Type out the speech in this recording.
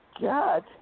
God